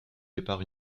départ